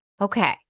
Okay